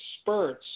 spurts